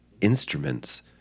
instruments